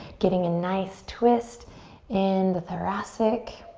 getting a nice twist in the thoracic.